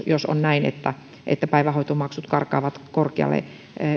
jos on näin että että päivähoitomaksut karkaavat korkealle